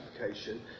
application